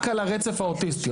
רק על הרצף האוטיסטי.